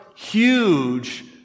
huge